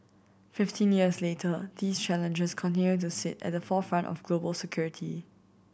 fifteen years later these challenges continue to sit at the forefront of global security